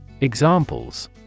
Examples